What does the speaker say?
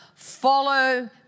Follow